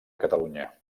catalunya